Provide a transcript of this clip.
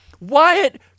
Wyatt